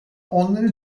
onları